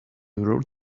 wrote